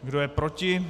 Kdo je proti?